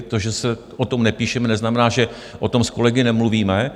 To, že se o tom nepíše, neznamená, že o tom s kolegy nemluvíme.